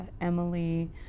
Emily